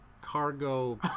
Cargo